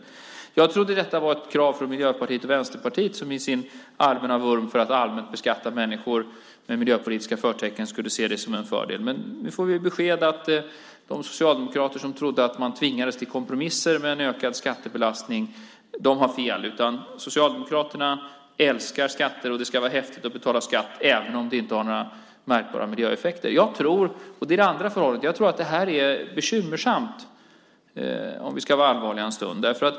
Jag trodde att det var ett krav från Miljöpartiet och Vänsterpartiet, som i sin allmänna vurm för att allmänt beskatta människor med miljöpolitiska förtecken såg det som en fördel. Men nu får vi besked att de socialdemokrater som trodde att de tvingades till kompromisser om en ökad skattebelastning har fel. Socialdemokraterna älskar skatter, och det ska vara häftigt att betala skatter även om de inte har några märkbara miljöeffekter. Jag tror, och det är det andra förhållandet, att det blir bekymmersamt, om vi ska vara allvarliga en stund.